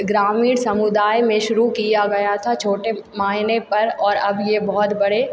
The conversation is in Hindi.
ग्रामीण समुदाय में शुरू किया गया था छोटे मायने पर और अब ये बहुत बड़े